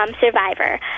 survivor